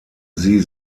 sie